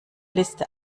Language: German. liste